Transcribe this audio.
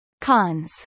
Cons